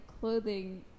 clothing